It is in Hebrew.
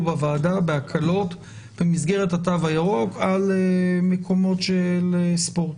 בוועדה בהקלות במסגרת התו הירוק על מקומות שהם ספורט.